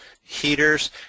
heaters